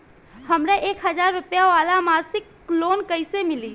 हमरा एक हज़ार रुपया वाला मासिक लोन कईसे मिली?